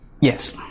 Yes